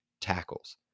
tackles